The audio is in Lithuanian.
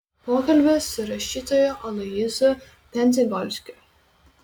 pokalbis su rašytoju aloyzu tendzegolskiu